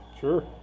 Sure